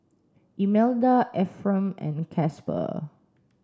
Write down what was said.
Imelda Ephram and Casper